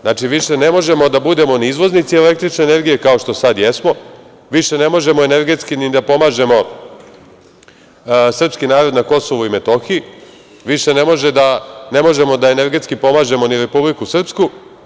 Znači više ne možemo da budemo ni izvoznici električne energije kao što sad jesmo, više ne možemo energetski ni da pomažemo srpski narod na KiM, više ne možemo da energetski pomažemo ni Republiku Srpsku.